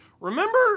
remember